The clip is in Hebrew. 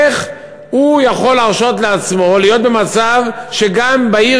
איך הוא יכול להרשות לעצמו להיות במצב שגם בעיר